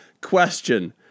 question